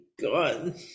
god